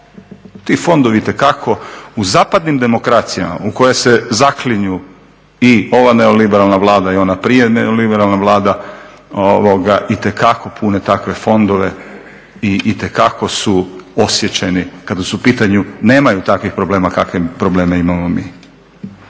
Ti fondovi itekako u zapadnim demokracijama u koje se zaklinju i ova neoliberalna Vlada i ona prije neoliberalna Vlada itekako pune takve fondove i itekako su osjećajni kada su u pitanju, nemaju takvih problema kakve probleme imamo mi.